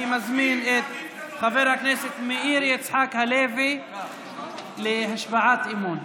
אני מזמין את חבר הכנסת מאיר יצחק הלוי להצהרת אמונים.